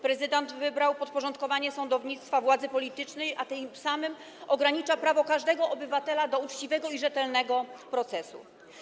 Prezydent wybrał podporządkowanie sądownictwa władzy politycznej, a tym samym ogranicza prawo każdego obywatela do uczciwego i rzetelnego procesu.